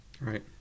Right